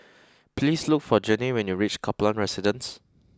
please look for Janae when you reach Kaplan Residence